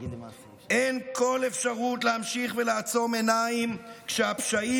אין כל אפשרות להמשיך ולעצום עיניים כשהפשעים